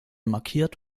markiert